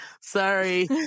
Sorry